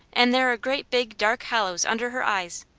and there are great big, dark hollows under her eyes,